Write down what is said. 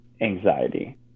anxiety